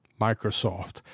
Microsoft